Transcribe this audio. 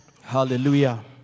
Hallelujah